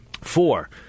Four